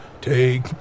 Take